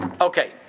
Okay